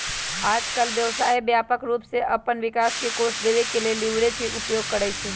याजकाल व्यवसाय व्यापक रूप से अप्पन विकास के कोष देबे के लेल लिवरेज के उपयोग करइ छइ